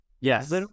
Yes